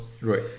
Right